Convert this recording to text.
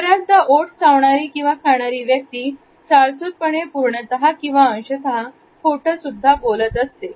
बऱ्याचदा ओठ चावणारी किंवा खाणारी व्यक्ती साळसूदपणे पूर्णतः किंवा अंशतः खोटं सुद्धा बोलत असते